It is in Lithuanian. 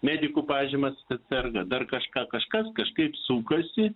medikų pažymas kad serga dar kažką kažkas kažkaip sukasi